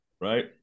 Right